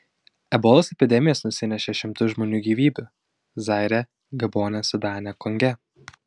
ebolos epidemijos nusinešė šimtus žmonių gyvybių zaire gabone sudane konge